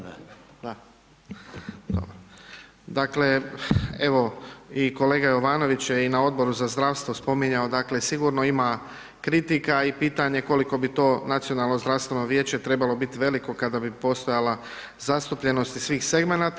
Dakle, evo i kolega Jovanović je i na Odboru za zdravstvo spominjao dakle, sigurno ima kritika i pitanje je koliko bi to Nacionalno zdravstveno vijeće trebalo bit veliko kada bi postojala zastupljenost iz svih segmenata.